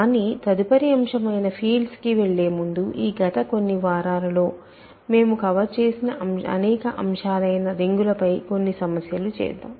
కానీ తదుపరి అంశం అయిన ఫీల్డ్స్ కి వెళ్ళే ముందు ఈ గత కొన్ని వారాలలో మేము కవర్ చేసిన అనేక అంశాలైన రింగులపై కొన్ని సమస్యలు చేద్దాం